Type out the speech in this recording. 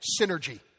Synergy